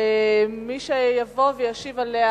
מי שיבוא וישיב עליה